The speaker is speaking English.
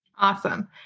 Awesome